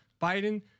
Biden